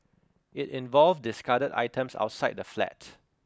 it involved discarded items outside the flat